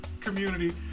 community